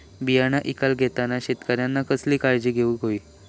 बियाणा ईकत घेताना शेतकऱ्यानं कसली काळजी घेऊक होई?